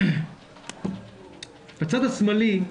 בצד השמאלי,